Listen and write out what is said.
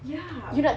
ya